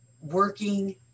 working